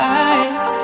eyes